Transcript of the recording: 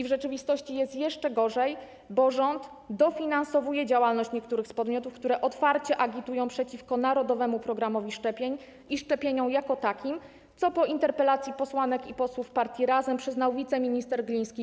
W rzeczywistości jest jeszcze gorzej, bo rząd dofinansowuje działalność niektórych podmiotów, które otwarcie agitują przeciwko narodowemu programowi szczepień i szczepieniom jako takim, co w odpowiedzi na interpelację posłanek i posłów partii Razem przyznał wiceminister Gliński.